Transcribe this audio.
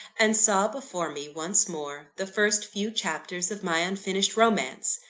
and saw before me, once more, the first few chapters of my unfinished romance!